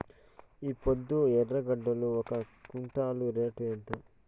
ఈపొద్దు ఎర్రగడ్డలు ఒక క్వింటాలు రేటు ఎంత?